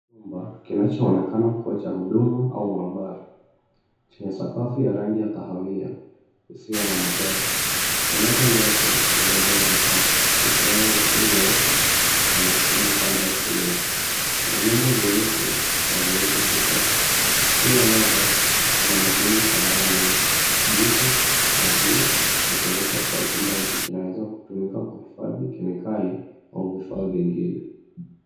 Nyumba, kinachoonekana kuwa cha huduma au maabara, chenye sakafu ya rangi ya kahawia, isiyo na madoa. Kuna meza ndefu, iliyojaa vifaa. Ikiwemo mashini nyeupe, na nyekundu upande wa kulia, na vyombo vyeusi, na vyeupe kushoto. Chini ya meza, kuna madumu kadhaa meupe, kijivu na bluu, yakionyesha kuwa chumba hiki kinaweza kutumika kuhifadhi kemikali, au vifaa vingine.